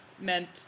meant